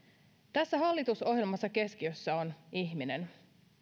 tässä hallitusohjelmassa keskiössä on ihminen